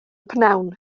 prynhawn